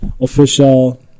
Official